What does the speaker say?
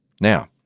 Now